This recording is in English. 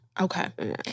Okay